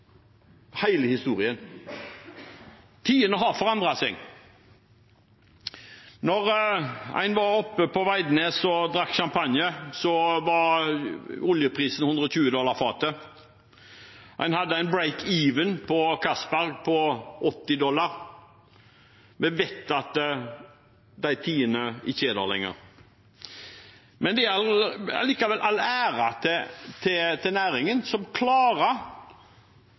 hele historien. Tidene har forandret seg. Da en var oppe på Veidnes og drakk champagne, var oljeprisen 120 dollar fatet. En hadde en «break even» på Castberg på 80 dollar. Vi vet at de tidene ikke er der lenger. Men allikevel: All ære til næringen, som klarer